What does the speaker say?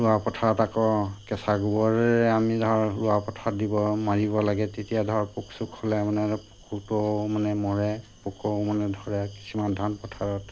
ৰোৱা পথাৰত আকৌ কেঁচা গোবৰেৰে আমি ধৰ ৰোৱা পথাৰত দিব মাৰিব লাগে তেতিয়া ধৰ পোক চোক হ'লে মানে পোকো মানে মৰে পোক মানে ধৰে কিছুমান ধান পথাৰত